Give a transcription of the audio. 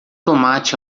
tomate